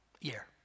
year